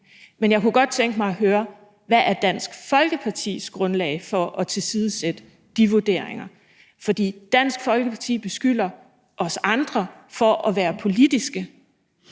Men jeg kunne godt tænke mig at høre: Hvad er Dansk Folkepartis grundlag for at tilsidesætte de vurderinger? For Dansk Folkeparti beskylder os andre for at være politiske.